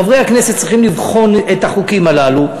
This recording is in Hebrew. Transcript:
חברי הכנסת צריכים לבחון את החוקים הללו.